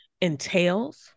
entails